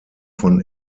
von